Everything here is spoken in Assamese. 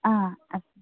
অ